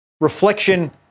Reflection